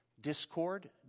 discord